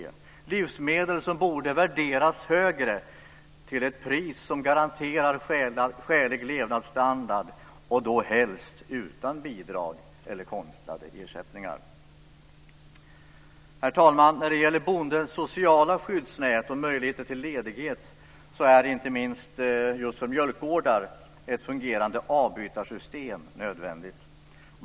Det är livsmedel som borde värderas högre, till ett pris som garanterar skälig levnadsstandard och då helst utan bidrag eller konstlade ersättningar. Herr talman! När det gäller bondens sociala skyddsnät och möjligheter till ledighet är ett fungerande avbytarsystem nödvändigt - inte minst för mjölkgårdar.